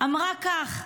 אמרה כך: